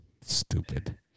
Stupid